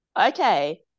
okay